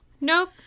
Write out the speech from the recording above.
nope